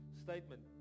statement